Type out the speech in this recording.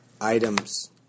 items